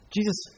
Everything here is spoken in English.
Jesus